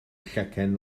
llechen